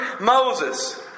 Moses